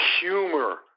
Humor